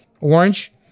Orange